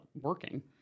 working